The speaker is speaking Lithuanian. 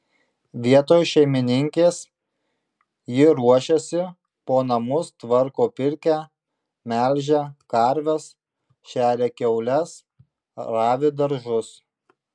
vietoj šeimininkės ji ruošiasi po namus tvarko pirkią melžia karves šeria kiaules ravi daržus